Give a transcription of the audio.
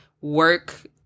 work